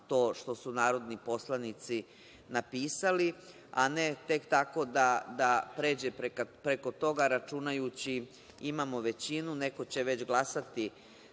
što su narodni poslanici napisali, a ne tek tako da pređe preko toga računajući imamo većinu, neko će već glasati